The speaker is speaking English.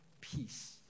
peace